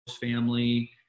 family